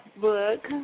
book